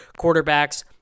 quarterbacks